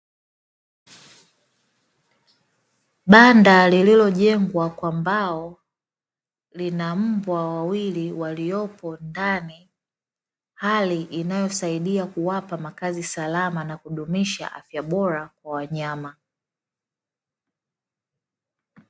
Banda lililojengwa kwa mbao, linambwa wawili waliopo ndani hali inayosaidia kuwapa makazi salama na kudumisha afya bora kwa wanyama.